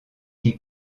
qui